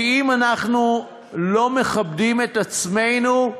כי אם אנחנו לא מכבדים את עצמנו,